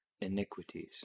iniquities